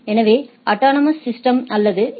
எனவே autonomous system அல்லது எ